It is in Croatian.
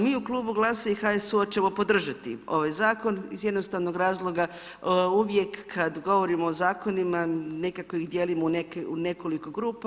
Mi u Klubu GLAS-a i HSU-a, ćemo podržati ovaj zakon iz jednostavnog razloga, uvijek kada govorimo o zakonima, nekako ih dijelimo u nekoliko grupa.